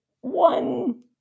one